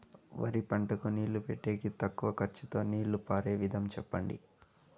వరి పంటకు నీళ్లు పెట్టేకి తక్కువ ఖర్చుతో నీళ్లు పారే విధం చెప్పండి?